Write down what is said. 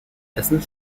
essen